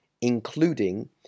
including